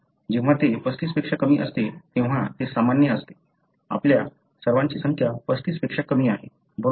जेव्हा ते 35 पेक्षा कमी असते तेव्हा ते सामान्य असते आपल्या सर्वांची संख्या 35 पेक्षा कमी आहे बरोबर